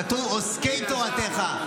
כתוב "עוסקי תורתך".